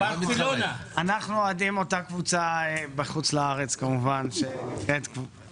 אנחנו אוהדים את אותה קבוצה בחוץ לארץ שנקראת ברצלונה.